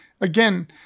again